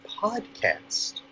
podcast